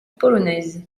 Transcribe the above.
polonaise